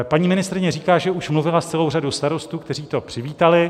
Paní ministryně říká, že už mluvila s celou řadou starostů, kteří to přivítali.